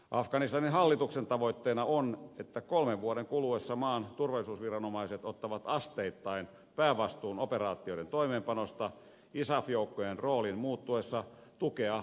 afganistanin hallituksen tavoitteena on että kolmen vuoden kuluessa maan turvallisuusviranomaiset ottavat asteittain päävastuun operaatioiden toimeenpanosta isaf joukkojen roolin muuttuessa tukea antavaksi